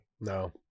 no